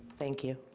thank you.